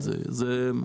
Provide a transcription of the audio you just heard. זה לא משנה,